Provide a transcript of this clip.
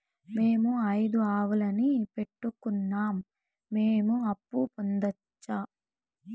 మేము ఐదు ఆవులని పెట్టుకున్నాం, మేము అప్పు పొందొచ్చా